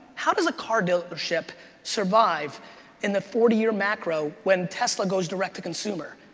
how does a car dealership survive in the forty year macro when tesla goes direct to consumer?